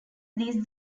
these